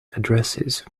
addresses